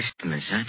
Christmas